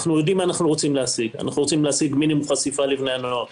אנחנו יודעים מה אנחנו רוצים להשיג: מינימום חשיפה לבני הנוער,